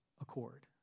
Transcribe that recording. accord